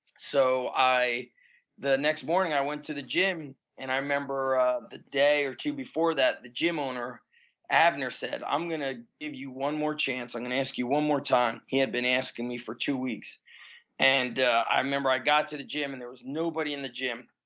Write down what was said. so the next morning i went to the gym and i remember ah the day or two before that, the gym owner abner said, i'm going to give you one more chance, i'm going to ask you one more time. he had been asking me for two weeks and i remember i got to the gym and there was nobody in the gym.